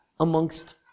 amongst